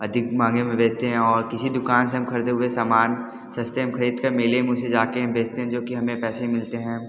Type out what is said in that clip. अधिक महंगे में बेचते हैं और किसी दुकान से हम खरीदे हुए सामान सस्ते में खरीद कर मेले में उसे जा कर हम बेचते हैं जो कि हमें पैसे मिलते हैं